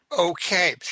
Okay